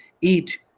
eat